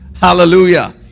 Hallelujah